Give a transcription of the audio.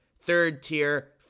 third-tier